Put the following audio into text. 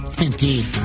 Indeed